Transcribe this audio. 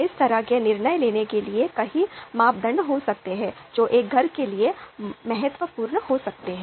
इस तरह के निर्णय लेने के लिए कई मापदंड हो सकते हैं जो एक घर के लिए महत्वपूर्ण हो सकते हैं